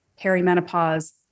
perimenopause